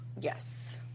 Yes